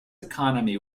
economy